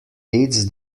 its